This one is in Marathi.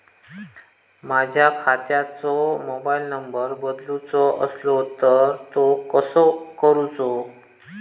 माझ्या खात्याचो मोबाईल नंबर बदलुचो असलो तर तो कसो करूचो?